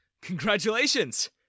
Congratulations